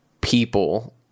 people